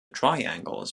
triangles